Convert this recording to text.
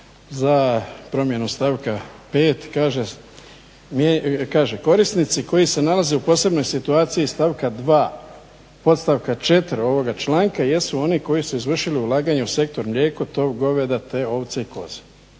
za promjenu stavka 5. kaže: „Korisnici koji se nalaze u posebnoj situaciji stavka 2. podstavka 4. ovoga članka jesu oni koji su izvršili ulaganja u sektor mlijeko, tov goveda te ovce i koze.“